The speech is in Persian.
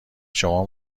شما